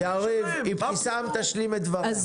יריב, אבתיסאם תשלים את דבריה.